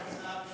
המקורות.